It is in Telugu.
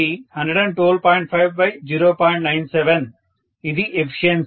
97 ఇది ఎఫిషియన్సీ